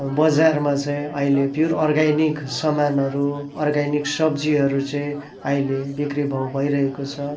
बजारमा चाहिँ अहिले प्युर अर्ग्यानिक सामानहरू अर्ग्यानिक सब्जीहरू चाहिँ अहिले बिक्री भाउ भइरहेको छ